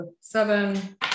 seven